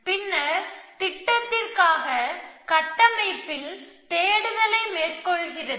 பின்னர் திட்டத்திற்காக கட்டமைப்பில் தேடுதலை மேற்கொள்கிறது